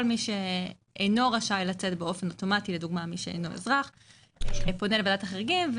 כל מי שאינו רשאי לצאת באופן אוטומטי פונה לוועדת החריגים.